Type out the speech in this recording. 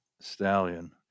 Stallion